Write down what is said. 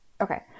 okay